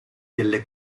delle